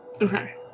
Okay